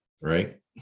right